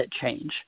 change